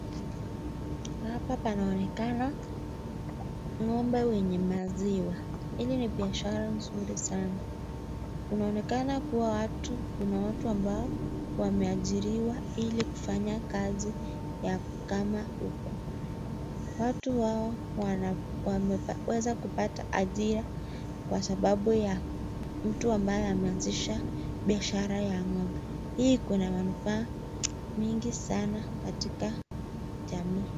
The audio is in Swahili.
Hapa panaonekana ng'ombe wenye maziwa. Hili ni biashara nzuri sana. Kunaonekana kuna watu ambao wameajiriwa ili kufanya kazi ya kukama huku. Watu hao wameweza kupata ajira kwa sababu ya mtu ambaye ameanzisha biashara ya ng'ombe. Hii iko na manufaa mingi sana katika jamii.